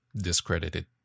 discredited